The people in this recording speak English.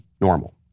normal